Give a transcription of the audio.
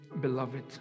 beloved